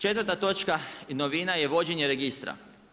Četvrta točka, novina je vođenje registra.